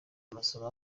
amasomo